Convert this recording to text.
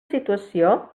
situació